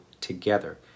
together